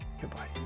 Goodbye